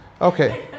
Okay